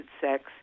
sex